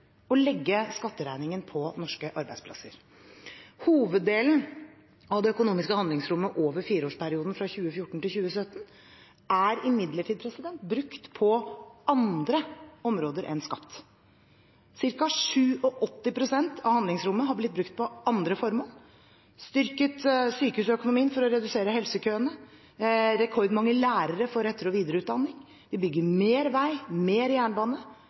legge skatteregningen på norske arbeidsplasser. Hoveddelen av det økonomiske handlingsrommet i fireårsperioden 2014–2017 er imidlertid brukt på andre områder enn skatt. Cirka 87 pst. av handlingsrommet er blitt brukt på andre formål – vi har styrket sykehusøkonomien for å redusere helsekøene, rekordmange lærere får etter- og videreutdanning, vi bygger mer vei og mer jernbane,